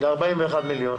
ל-41 מיליון.